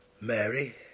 Mary